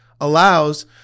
allows